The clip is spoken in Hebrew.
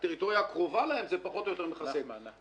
הטריטוריה הקרובה להן זה פחות או יותר מכסה את כל העיר.